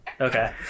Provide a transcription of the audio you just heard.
Okay